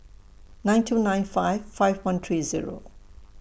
nine two nine five five one three Zero